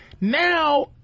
now